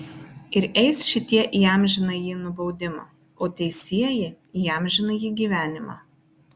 ir eis šitie į amžinąjį nubaudimą o teisieji į amžinąjį gyvenimą